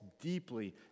deeply